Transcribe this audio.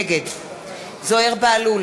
נגד זוהיר בהלול,